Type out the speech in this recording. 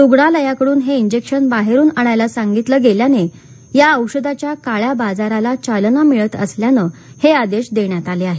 रुग्णालयाकडून हे इंजेक्शन बाहेरून आणायला सांगितलं गेल्याने या औषधाच्या काळ्या बाजाराला चालना मिळत असल्यानं हे आदेश देण्यात आले आहेत